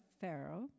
Pharaoh